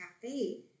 cafe